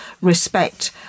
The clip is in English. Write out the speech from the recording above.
respect